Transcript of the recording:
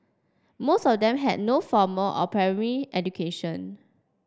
most of them had no formal or primary education